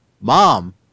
Mom